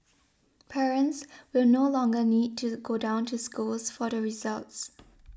parents will no longer need to go down to schools for the results